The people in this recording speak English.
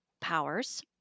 powers